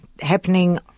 happening